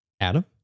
Adam